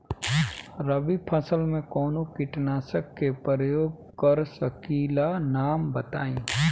रबी फसल में कवनो कीटनाशक के परयोग कर सकी ला नाम बताईं?